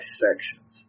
sections